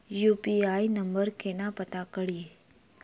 UPI number केना पत्ता कड़ी?